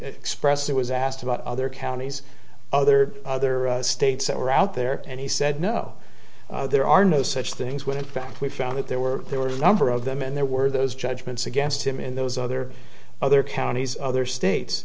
expressed it was asked about other counties other other states that were out there and he said no there are no such things with in fact we found that there were there were a number of them and there were those judgments against him in those other other counties other states